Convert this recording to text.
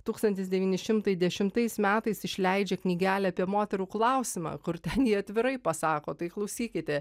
tūkstantis devyni šimtai dešimtais metais išleidžia knygelę apie moterų klausimą kur ten ji atvirai pasako tai klausykite